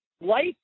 life